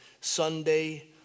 Sunday